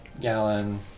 gallon